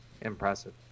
impressive